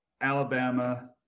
Alabama